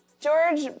George